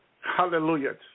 Hallelujah